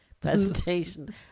presentation